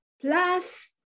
Plus